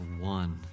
one